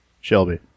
Shelby